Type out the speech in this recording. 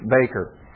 baker